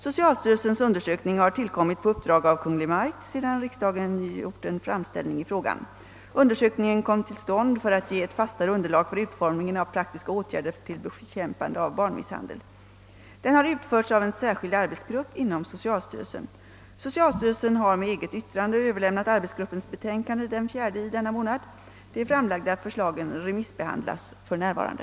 Socialstyrelsens undersökning har tillkommit på uppdrag av Kungl. Maj:t, sedan riksdagen gjort en framställning i frågan. Undersökningen kom till stånd för att ge ett fastare underlag för utformningen av praktiska åtgärder till bekämpande av barnmisshandel. Den har utförts av en särskild arbetsgrupp inom socialstyrelsen. Socialstyrelsen har med eget yttrande överlämnat arbetsgruppens betänkande den 4 i denna månad. De framlagda förslagen remissbehandlas för närvarande.